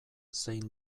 zein